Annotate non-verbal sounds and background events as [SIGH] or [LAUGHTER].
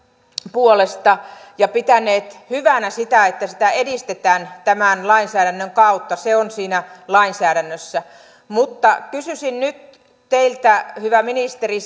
puolesta ja pitäneet hyvänä sitä että sitä edistetään tämän lainsäädännön kautta se on siinä lainsäädännössä mutta kysyisin nyt teiltä hyvä ministeri [UNINTELLIGIBLE]